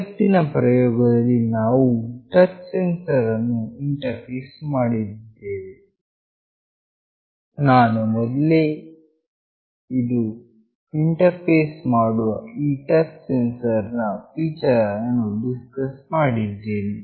ಇವತ್ತಿನ ಪ್ರಯೋಗದಲ್ಲಿ ನಾವು ಟಚ್ ಸೆನ್ಸರ್ ಅನ್ನು ಇಂಟರ್ಫೇಸ್ ಮಾಡಲಿದ್ದೇವೆ ನಾನು ಮೊದಲೇ ಇಂದು ಇಂಟರ್ಫೇಸ್ ಮಾಡುವ ಈ ಟಚ್ ಸೆನ್ಸರ್ ನ ಫೀಚರ್ ಅನ್ನು ಡಿಸ್ಕಸ್ ಮಾಡಿದ್ದೇನೆ